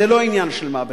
זה לא עניין של מה בכך.